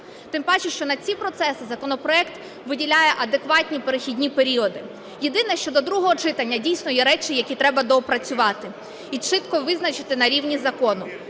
Тим паче, що на ці процеси законопроект виділяє адекватні перехідні періоди. Єдине, що до другого читання дійсно є речі, які треба доопрацювати і чітко визначити на рівні закону.